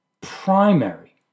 primary